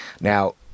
Now